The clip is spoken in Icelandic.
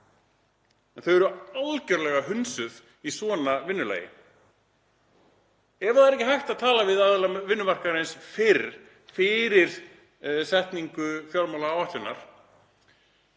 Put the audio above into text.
Þau eru algerlega hunsuð með svona vinnulagi. Ef það er ekki hægt að tala við aðila vinnumarkaðarins fyrr, fyrir setningu fjármálaáætlunar